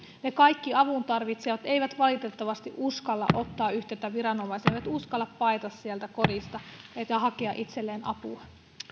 kaikki avuntarvitsijat eivät valitettavasti uskalla ottaa yhteyttä viranomaisiin eivät uskalla paeta sieltä kodista ja hakea itselleen apua